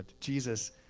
Jesus